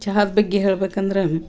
ಚಹಾದ ಬಗ್ಗೆ ಹೇಳ್ಬೇಕಂದರೆ